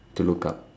to look up